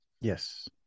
Yes